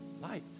light